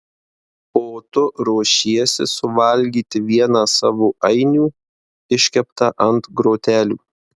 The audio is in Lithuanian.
o tu ruošiesi suvalgyti vieną savo ainių iškeptą ant grotelių